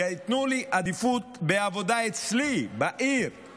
ייתנו לי עדיפות בעבודה אצלי בעיר,